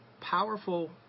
powerful